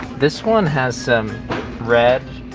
this one has some red,